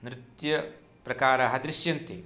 नृत्यप्रकाराः दृश्यन्ते